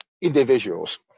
individuals